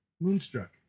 Moonstruck